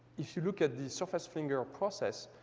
if you look at the surface flinger process,